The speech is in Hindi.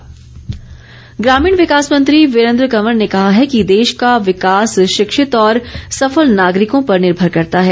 वीरेन्द्र कंवर ग्रामीण विकास मंत्री वीरेन्द्र कंवर ने कहा है कि देश का विकास शिक्षित और सफल नागरिकों पर निर्भर करता है